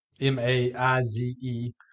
M-A-I-Z-E